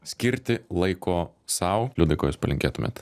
skirti laiko sau liudai ko jūs palinkėtumėt